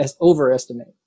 overestimate